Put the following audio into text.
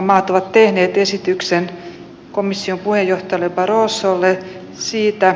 var är like minded sverige bland dessa undertecknare